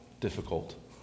difficult